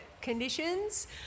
conditions